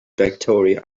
victoria